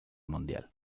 mundial